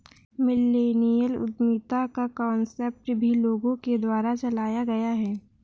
millennial उद्यमिता का concept भी लोगों के द्वारा चलाया गया है